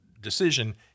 decision